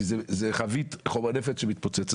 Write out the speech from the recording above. כי זו חבית חומר נפץ שמתפוצצת.